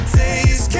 days